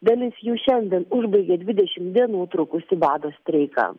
dalis jų šiandien užbaigė dvidešim dienų trukusį bado streiką